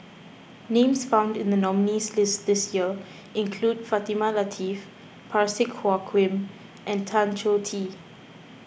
names found in the nominees' list this year include Fatimah Lateef Parsick Joaquim and Tan Choh Tee